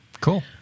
Cool